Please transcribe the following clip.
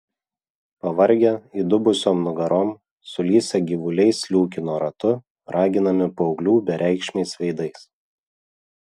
pavargę įdubusiom nugarom sulysę gyvuliai sliūkino ratu raginami paauglių bereikšmiais veidais